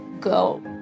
Go